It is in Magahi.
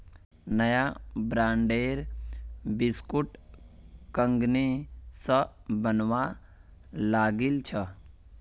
नया ब्रांडेर बिस्कुट कंगनी स बनवा लागिल छ